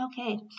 Okay